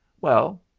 Well